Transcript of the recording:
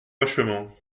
vachement